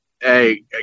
Hey